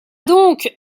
doncques